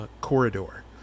corridor